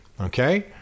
okay